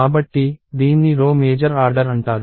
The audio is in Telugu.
కాబట్టి దీన్ని రో మేజర్ ఆర్డర్ అంటారు